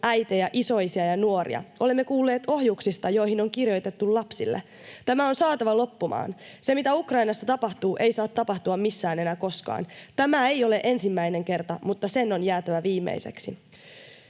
äitejä, isoisiä ja nuoria. Olemme kuulleet ohjuksista, joihin on kirjoitettu ”lapsille”. Tämä on saatava loppumaan. Se mitä Ukrainassa tapahtuu, ei saa tapahtua missään enää koskaan. Tämä ei ole ensimmäinen kerta, mutta sen on jäätävä viimeiseksi.